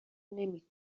نمی